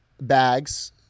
bags